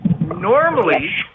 Normally